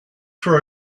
for